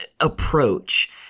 approach